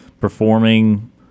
performing